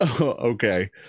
Okay